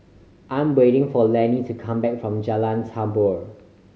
I'm waiting for Lannie to come back from Jalan Tambur